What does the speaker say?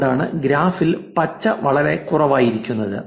അതുകൊണ്ടാണ് ഗ്രാഫിൽ പച്ച വളരെ കുറവായിരിക്കുന്നത്